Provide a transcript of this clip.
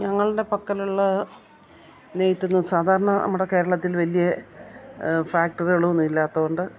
ഞങ്ങളുടെ പക്കലുള്ള നെയ്ത്ത് എന്ന് സാധാരണ നമ്മുടെ കേരളത്തിൽ വലിയ ഫാക്ടറികളൊന്നും ഇല്ലാത്തതുകൊണ്ട്